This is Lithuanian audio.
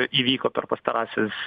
įvyko per pastarąsias